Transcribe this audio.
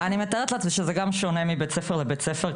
אני מתארת לעצמי שזה גם שונה מבית ספר לבית ספר,